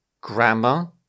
grammar